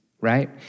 right